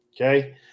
Okay